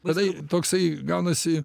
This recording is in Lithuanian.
vadai ir toksai gaunasi